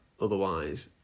Otherwise